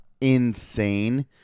insane